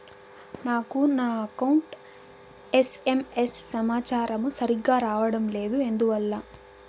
నాకు నా account SMS సమాచారము సరిగ్గా రావడం లేదు ఎందువల్ల?